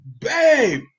babe